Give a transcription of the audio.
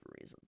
reason